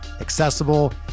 accessible